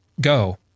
Go